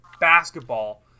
basketball